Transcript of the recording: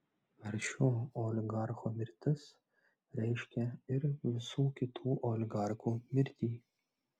ar šio oligarcho mirtis reiškia ir visų kitų oligarchų mirtį